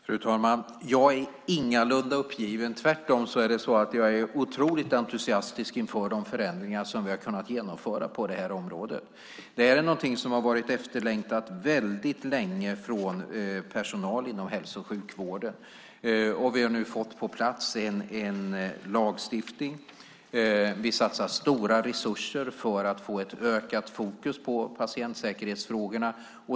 Fru talman! Jag är ingalunda uppgiven. Tvärtom är jag otroligt entusiastisk inför de förändringar som vi har kunnat genomföra på det här området. Det har varit efterlängtat väldigt länge från personal inom hälso och sjukvården. Vi har nu fått på plats en lagstiftning. Vi satsar stora resurser för att få ett ökat fokus på patientsäkerhetsfrågorna.